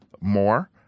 more